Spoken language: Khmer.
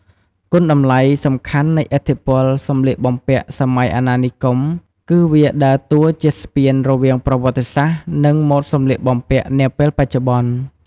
គុណតម្លៃសំខាន់នៃឥទ្ធិពលសម្លៀកបំពាក់សម័យអាណានិគម គឺវាដើរតួជាស្ពានរវាងប្រវត្តិសាស្ត្រ និង ម៉ូដសម្លៀកបំពាក់នាពេលបច្ចុបន្ន។